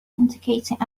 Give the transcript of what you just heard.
indicating